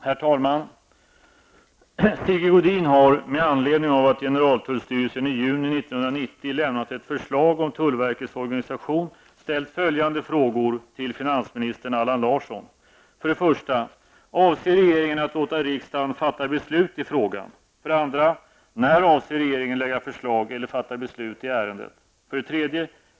Herr talman! Sigge Godin har, med anledning av att generaltullstyrelsen i juni 1990 lämnat ett förslag om tullverkets organisation, ställt följande frågor till finansminister Allan Larsson: 1. Avser regeringen att låta riksdagen fatta beslut i frågan? 2. När avser regeringen lägga förslag eller fatta beslut i ärendet? 3.